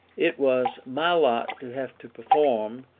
it was my lot to have to perform,